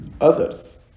others